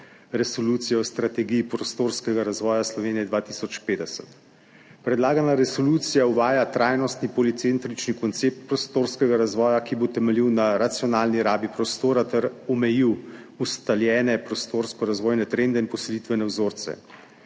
resolucije o strategiji prostorskega razvoja Slovenije 2050. Predlagana resolucija uvaja trajnostni policentrični koncept prostorskega razvoja, ki bo temeljil na racionalni rabi prostora ter omejil ustaljene prostorsko-razvojne trende in poselitvene vzorce.